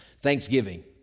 Thanksgiving